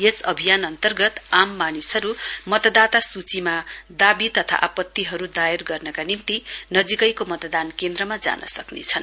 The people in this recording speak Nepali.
यस अभियान अन्तर्गत आम मानिसहरू मतदाता सूचीमा दाबी तथा आपत्तिहरू दायर गर्नका निम्ति नजिकैको मतदान केन्द्रमा जान सक्नेछन्